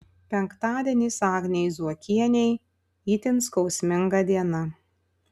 penktadienis agnei zuokienei itin skausminga diena